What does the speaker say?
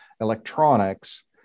electronics